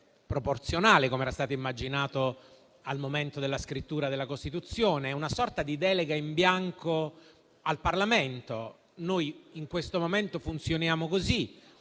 proporzionale, quale era stato immaginato al momento della scrittura della Costituzione; è una sorta di delega in bianco al Parlamento. Noi, in questo momento, funzioniamo così.